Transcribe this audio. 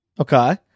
Okay